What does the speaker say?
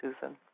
Susan